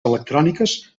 electròniques